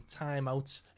timeouts